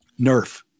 Nerf